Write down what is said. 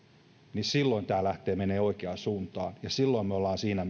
niin silloin tämä lähtee menemään oikeaan suuntaan ja silloin ollaan siinä